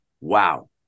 wow